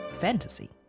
Fantasy